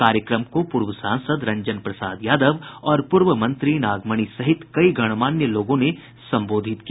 कार्यक्रम को पूर्व सांसद रंजन प्रसाद यादव और पूर्व मंत्री नागमणि सहित कई गणमान्य लोगों ने संबोधित किया